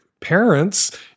parents